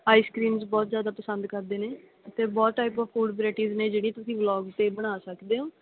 ice creams ਬਹੁਤ ਜ਼ਿਆਦਾ ਪਸੰਦ ਕਰਦੇ ਨੇ ਅਤੇ ਬਹੁਤ ਟਾਈਪ ਓਫ ਫੂਡ ਵਰੈਟੀਜ਼ ਨੇ ਜਿਹੜੀਆਂ ਤੁਸੀਂ ਬਲੋਗ 'ਤੇ ਬਣਾ ਸਕਦੇ ਹੋ